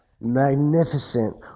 magnificent